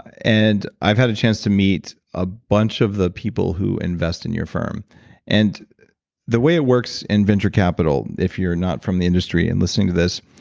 and i've had a chance to meet a bunch of the people who invest in your firm and the way it works in venture capital, if you're not from the industry and listening to this,